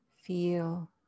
feel